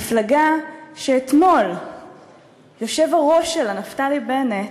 מפלגה שאתמול היושב-ראש שלה, נפתלי בנט,